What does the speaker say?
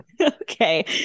Okay